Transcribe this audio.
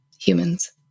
humans